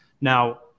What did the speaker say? Now